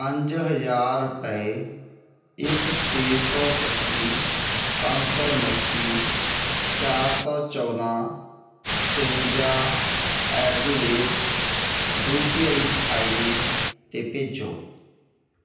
ਪੰਜ ਹਜ਼ਾਰ ਰੁਪਏ ਇਸ ਛੇ ਸੌ ਪੱਚੀ ਪੰਜ ਸੌ ਉਨੱਤੀ ਚਾਰ ਸੌ ਚੌਦ੍ਹਾਂ ਚੁਰੰਜਾ at the rate U P I I D 'ਤੇ ਭੇਜੋ